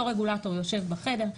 אותו רגולטור יושב בחדר,